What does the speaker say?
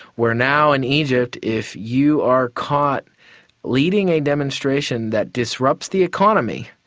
where now in egypt if you are caught leading a demonstration that disrupts the economy,